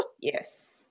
Yes